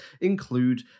include